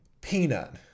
Peanut